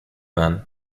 man